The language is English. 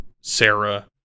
Sarah